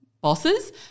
bosses